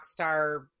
Rockstar